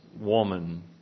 woman